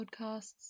podcasts